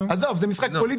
עזוב, זה משחק פוליטי.